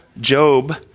Job